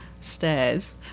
stairs